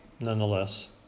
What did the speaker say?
nonetheless